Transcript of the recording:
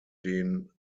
den